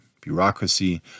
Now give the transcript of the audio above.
bureaucracy